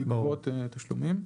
לגבות תשלומים.